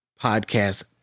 podcast